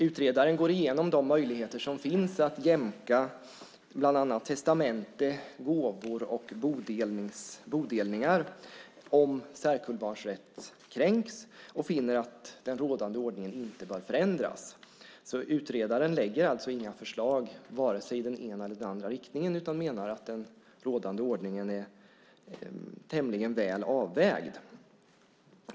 Utredaren går igenom de möjligheter som finns att jämka bland annat testamenten, gåvor och bodelningar om särkullbarns rätt kränks och finner att den rådande ordningen inte bör förändras. Utredaren lägger alltså inte fram några förslag vare sig i den ena eller den andra riktningen, utan menar att den rådande ordningen är tämligen väl avvägd.